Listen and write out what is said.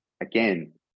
again